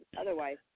otherwise